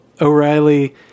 O'Reilly